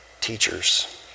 teachers